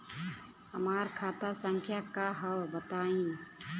हमार खाता संख्या का हव बताई?